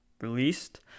released